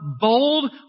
bold